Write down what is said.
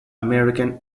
american